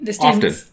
Often